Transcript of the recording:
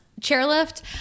chairlift